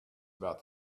about